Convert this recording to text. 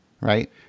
right